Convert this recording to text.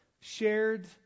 shared